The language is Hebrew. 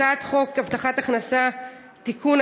הצעת חוק הבטחת הכנסה (תיקון,